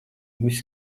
viss